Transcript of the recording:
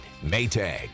Maytag